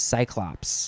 Cyclops